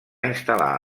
instal·lar